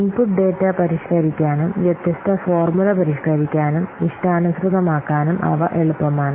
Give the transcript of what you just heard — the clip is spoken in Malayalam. ഇൻപുട്ട് ഡാറ്റ പരിഷ്ക്കരിക്കാനും വ്യത്യസ്ത ഫോർമുല പരിഷ്ക്കരിക്കാനും ഇഷ്ടാനുസൃതമാക്കാനും അവ എളുപ്പമാണ്